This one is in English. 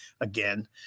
again